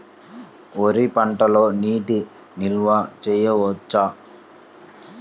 వరి పంటలో నీటి నిల్వ చేయవచ్చా?